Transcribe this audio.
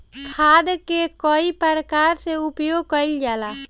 खाद कअ कई प्रकार से उपयोग कइल जाला